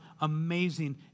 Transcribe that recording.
amazing